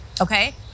Okay